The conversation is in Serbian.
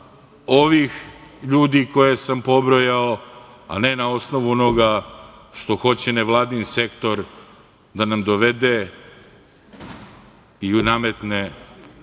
ovih ljudi koje sam pobrojao, a ne na osnovu onoga što hoće nevladin sektor da nam dovede i nametne,